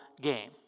game